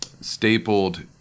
stapled